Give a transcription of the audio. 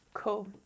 Cool